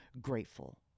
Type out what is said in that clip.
grateful